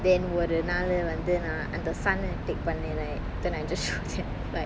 then ஒரு நாளு வந்து நான் அந்த:oru naalu vanthu naan antha sun ah take பண்ணன்:pannan like then I just show them like